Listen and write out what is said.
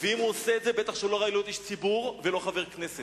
ואם הוא עושה את זה בטח שהוא לא ראוי להיות איש ציבור ולא חבר כנסת.